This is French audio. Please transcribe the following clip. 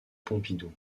pompidou